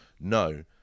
No